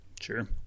Sure